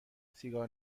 سیگار